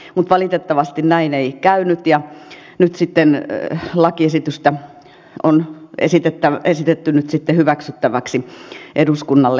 mutta valitettavasti näin ei käynyt ja nyt sitten lakiesitystä on esitetty hyväksyttäväksi eduskunnalle